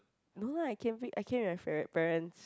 no lah I camping I camp with my par~ parents